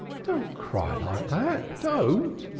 don't cry like that! don't!